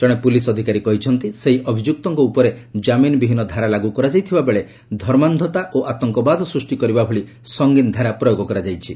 ଜଣେ ପୁଲିସ୍ ଅଧିକାରୀ କହିଛନ୍ତି ସେହି ଅଭିଯୁକ୍ତଙ୍କ ଉପରେ ଜାମିନ ବିହୀନ ଧାରା ଲାଗୁ କରାଯାଇଥିବା ବେଳେ ଧର୍ମାନ୍ଧତା ଓ ଆତଙ୍କବାଦ ସୃଷ୍ଟି କରିବା ଭଳି ସଂଗୀନ ଧାରା ପ୍ରୟୋଗ କରାଯାଇଛି